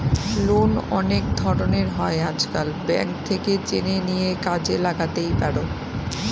loan অনেক ধরনের হয় আজকাল, ব্যাঙ্ক থেকে জেনে নিয়ে কাজে লাগাতেই পারো